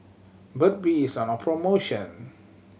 Burt Bee is on promotion